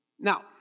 Now